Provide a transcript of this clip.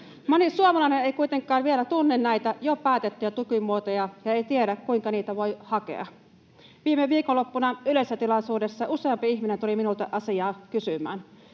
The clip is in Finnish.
Moni suomalainen ei kuitenkaan vielä tunne näitä jo päätettyjä tukimuotoja eikä tiedä, kuinka niitä voi hakea. Viime viikonloppuna yleisötilaisuudessa useampi ihminen tuli minulta asiaa kysymään.